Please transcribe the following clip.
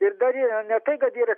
ir dar yra ne tai kad yra